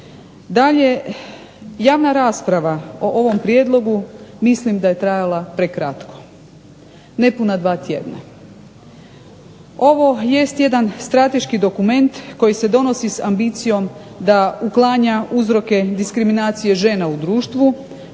Dalje, javna rasprava o ovom prijedlogu mislim da je trajala prekratko, nepuna dva tjedna. Ovo jest jedan strateški dokument koji se donosi s ambicijom da uklanja uzroke diskriminacije žena u društvu